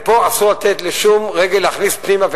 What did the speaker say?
ופה אסור לתת לשום רגל להכניס פנימה,